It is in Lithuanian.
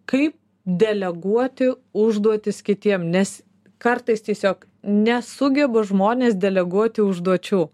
kai deleguoti užduotis kitiem nes kartais tiesiog nesugeba žmonės deleguoti užduočių